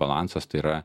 balansas tai yra